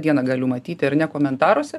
dieną galiu matyti ar ne komentaruose